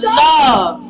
love